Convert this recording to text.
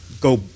go